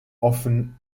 often